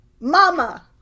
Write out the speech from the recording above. Mama